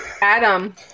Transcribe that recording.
Adam